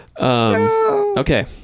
Okay